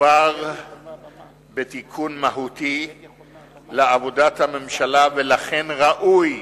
מדובר בתיקון מהותי לעבודת הממשלה, ולכן ראוי